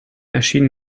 erschien